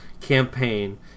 campaign